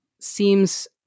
seems